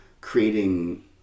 creating